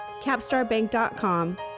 capstarbank.com